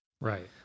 Right